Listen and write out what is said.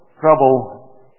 Trouble